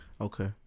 Okay